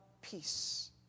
peace